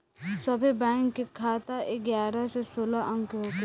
सभे बैंक के खाता एगारह से सोलह अंक के होला